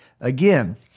again